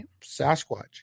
Sasquatch